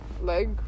leg